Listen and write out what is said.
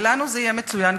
לנו זה יהיה מצוין,